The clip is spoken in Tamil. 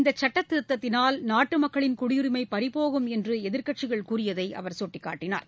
இந்த சட்ட திருத்தத்தினால் நாட்டு மக்களின் குடியுரிமை பறிபோகும் என்று எதிர்க்கட்சிகள் கூறியதை அவர் சுட்டிக்காட்டினார்